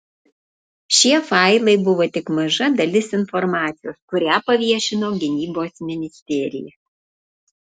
šie failai buvo tik maža dalis informacijos kurią paviešino gynybos ministerija